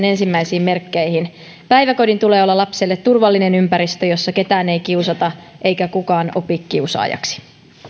ensimmäisiin merkkeihin päiväkodin tulee olla lapselle turvallinen ympäristö jossa ketään ei kiusata eikä kukaan opi kiusaajaksi